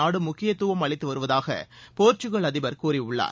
நாடு முக்கியத்துவம் அளித்து வருவதாக போர்ச்சுக்கல் அதிபர் கூறியுள்ளார்